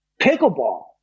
pickleball